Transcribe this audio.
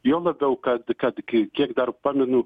juo labiau kad kad k kiek dar pamenu